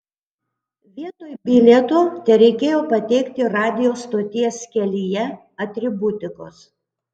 vietoj bilieto tereikėjo pateikti radijo stoties kelyje atributikos